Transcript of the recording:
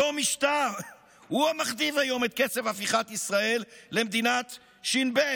אותו משטר הוא המכתיב היום את קצב הפיכת ישראל למדינת ש"ב.